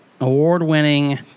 award-winning